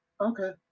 Okay